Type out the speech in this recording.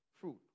fruit